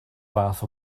fath